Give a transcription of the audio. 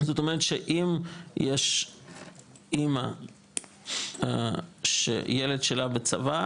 זאת אומרת שאם יש אמא שילד שלה בצבא,